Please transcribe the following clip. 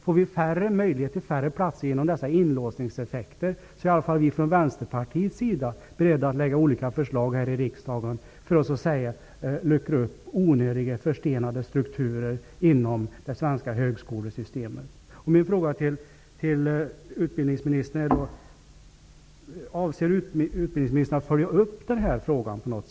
Får vi färre platser genom dessa inlåsningseffekter är i alla fall vi från Vänsterpartiet beredda att lägga olika förslag här i riksdagen för att luckra upp onödiga förstenade strukturer inom det svenska högskolesystemet.